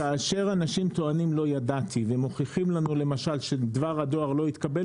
כאשר אנשים טוענים לא ידעתי ומוכיחים לנו למשל שדבר הדואר לא התקבל,